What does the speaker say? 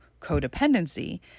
codependency